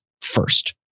first